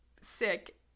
sick